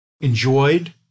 enjoyed